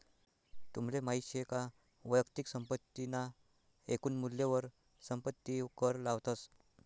तुमले माहित शे का वैयक्तिक संपत्ती ना एकून मूल्यवर संपत्ती कर लावतस